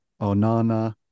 Onana